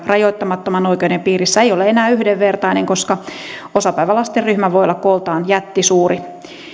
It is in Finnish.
rajoittamattoman oikeuden piirissä ei ole enää yhdenvertainen koska osapäivälasten ryhmä voi olla kooltaan jättisuuri